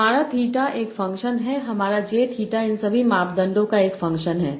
हमारा थीटा एक फ़ंक्शन है हमारा j थीटा इन सभी मापदंडों का एक फ़ंक्शन है